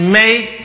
make